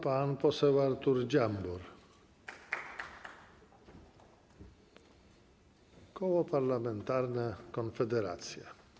Pan poseł Artur Dziambor, koło parlamentarne Konfederacja.